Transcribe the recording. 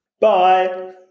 Bye